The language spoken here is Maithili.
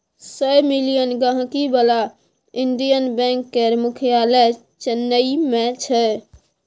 सय मिलियन गांहिकी बला इंडियन बैंक केर मुख्यालय चेन्नई मे छै